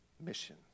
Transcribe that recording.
mission